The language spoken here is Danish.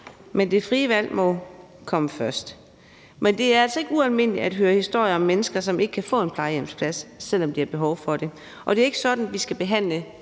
men det frie valg må komme først. Men det er altså ikke ualmindeligt at høre historier om mennesker, som ikke kan få en plejehjemsplads, selv om de har behov for det, og det er ikke sådan, vi skal behandle